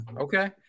okay